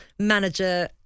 manager